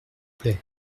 plait